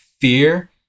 fear